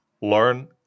learn